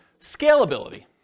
Scalability